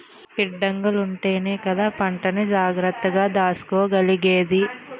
గిడ్డంగులుంటేనే కదా పంటని జాగ్రత్తగా దాసుకోగలిగేది?